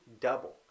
double